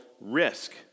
risk